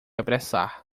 apressar